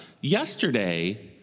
Yesterday